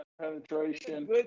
Penetration